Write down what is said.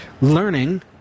learning